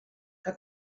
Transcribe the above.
que